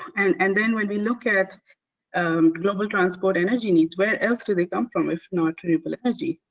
and and then when we look at um global transport energy needs where else do they come from if not renewable energy?